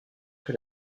que